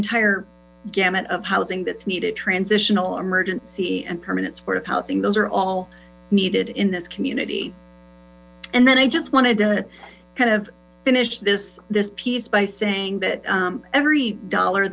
entire gamut of housing that's needed transitional emergency and permanent supportive housing those are all needed in this community and then i just wanted to kind of finish this this piece by saying that every dollar